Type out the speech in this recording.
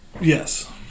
Yes